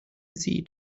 see